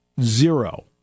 Zero